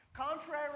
contrary